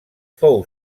fou